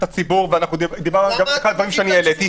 הציבור ודיברנו גם על דברים שאני העליתי.